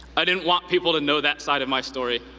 i didn't want people to know that side of my story,